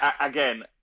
Again